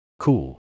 Cool